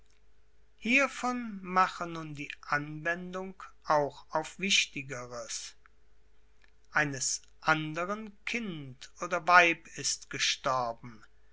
hievon mache nun die anwendung auch auf wichtigeres eines anderen kind oder weib ist gestorben